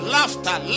Laughter